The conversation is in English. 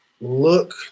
look